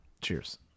Cheers